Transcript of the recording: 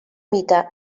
mite